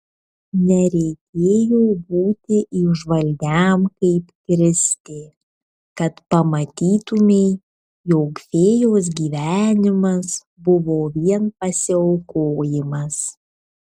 nereikėjo būti įžvalgiam kaip kristė kad pamatytumei jog fėjos gyvenimas buvo vien pasiaukojimas